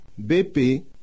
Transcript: BP